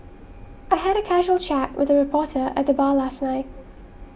I had a casual chat with a reporter at the bar last night